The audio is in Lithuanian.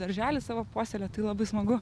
darželį savo puoselėt tai labai smagu